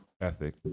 ethic